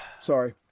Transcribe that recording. Sorry